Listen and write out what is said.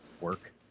Work